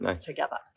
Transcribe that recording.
together